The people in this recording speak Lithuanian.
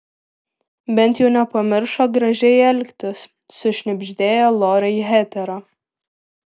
bent jau nepamiršo gražiai elgtis sušnibždėjo lorai hetera